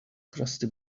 crusty